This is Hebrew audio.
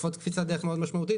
לקפוץ קפיצת דרך מאוד משמעותית,